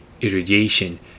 irradiation